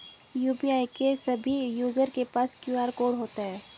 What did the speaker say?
UPI के सभी user के पास क्यू.आर कोड होता है